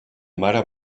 mare